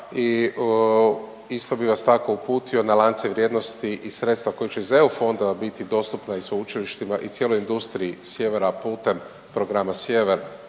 i isto bi vas tako uputio na lance vrijednosti i sredstva koja će iz eu fondova biti dostupna i sveučilištima i cijeloj industriji sjevera putem programa Sjever